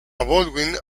baldwin